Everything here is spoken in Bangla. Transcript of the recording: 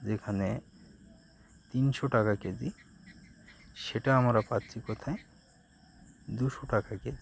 যেখানে তিনশো টাকা কেজি সেটা আমরা পাচ্ছি কোথায় দুশো টাকা কেজি